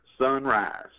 sunrise